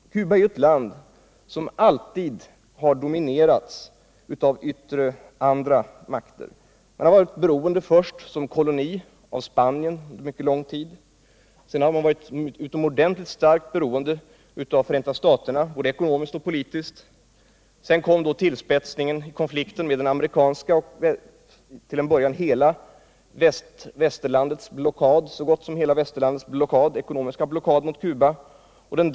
Cuba är ett land som alltid har dominerats av andra makter. Landet var först under en mycket lång tid som koloni beroende av Spanien. Därefter har Cuba varit utomordentligt starkt beroende av Förenta staterna, både ekonomiskt och politiskt. Sedan kom då konflikten med Förenta staterna, och till en början utsattes landet för en ekonomisk blockad av nästan hela Västerlandet.